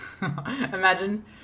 Imagine